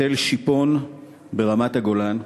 תל-שיפון ברמת-הגולן,